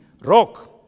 rock